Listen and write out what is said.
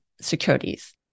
securities